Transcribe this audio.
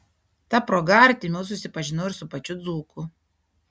ta proga artimiau susipažinau ir su pačiu dzūku